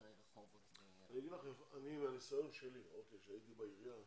אחרי רחובות ו --- אני אגיד לך מהניסיון שלי כשהייתי בעירייה,